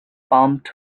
pumped